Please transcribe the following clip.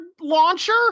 launcher